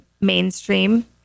mainstream